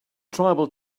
tribal